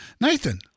Nathan